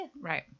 Right